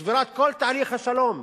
בשבירת כל תהליך השלום,